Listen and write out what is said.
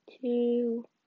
two